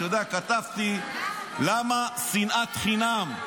אתה יודע, כתבתי: למה שנאת חינם?